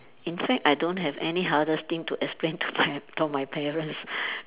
in fact I don't have any hardest thing to explain to my to my parents